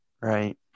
right